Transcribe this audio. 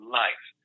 life